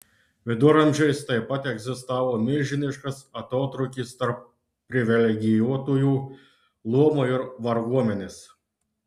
viduramžiais taip pat egzistavo milžiniškas atotrūkis tarp privilegijuotųjų luomo ir varguomenės